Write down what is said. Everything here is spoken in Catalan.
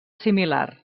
similar